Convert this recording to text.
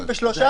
33% מעבר.